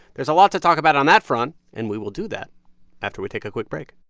there's a lot to talk about on that front. and we will do that after we take a quick break